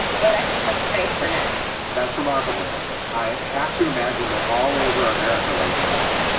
but i think i'm safe for now that's remarkable. i have to imagine that all over america right now,